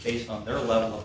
based on their level